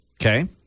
Okay